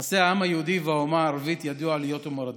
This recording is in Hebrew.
יחסי העם היהודי והאומה הערבית ידעו עליות ומורדות.